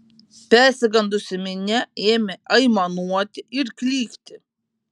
persigandusi minia ėmė aimanuoti ir klykti